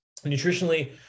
nutritionally